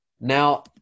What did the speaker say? Now